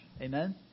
Amen